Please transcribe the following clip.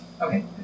Okay